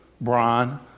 Brian